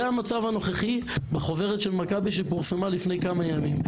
זה המצב הנוכחי בחוברת של מכבי שפורסמה לפני כמה ימים.